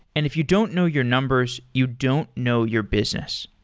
and if you don't know your numbers, you don't know your business.